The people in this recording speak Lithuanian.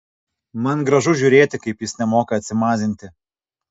man gražu žiūrėti kaip jis nemoka atsimazinti